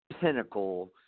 pinnacle